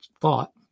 thought